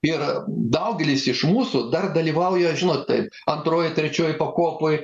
ir daugelis iš mūsų dar dalyvauja žinot taip antroj trečioj pakopoj